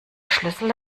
schlüssel